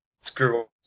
Screw